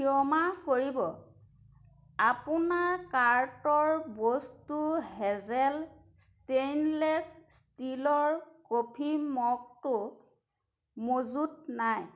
ক্ষমা কৰিব আপোনাৰ কাৰ্টৰ বস্তু হেজেল ষ্টেইনলেছ ষ্টীলৰ কফি মগটো মজুত নাই